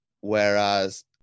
whereas